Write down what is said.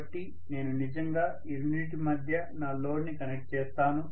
కాబట్టి నేను నిజంగా ఈ రెండింటి మధ్య నా లోడ్ ని కనెక్ట్ చేస్తాను